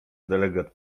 delegat